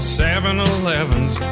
7-Elevens